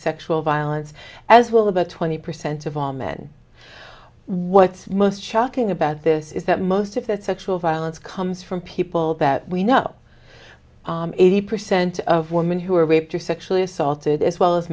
sexual violence as well about twenty percent of all men what's most shocking about this is that most of that sexual violence comes from people that we know eighty percent of women who are raped or sexually assaulted as well as